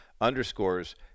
underscores